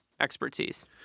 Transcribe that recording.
expertise